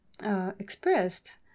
Expressed